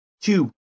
Two